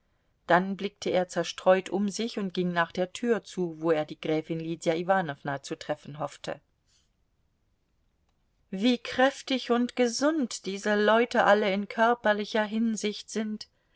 dann blickte er zerstreut um sich und ging nach der tür zu wo er die gräfin lydia iwanowna zu treffen hoffte wie kräftig und gesund diese leute alle in körperlicher hinsicht sind